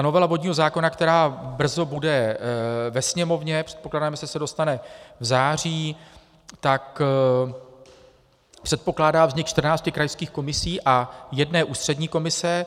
Novela vodního zákona, která brzo bude ve Sněmovně, předpokládám, že se sem dostane v září, předpokládá vznik 14 krajských komisí a jedné ústřední komise.